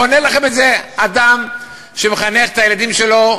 עונה לכם את זה אדם שמחנך את הילדים שלו,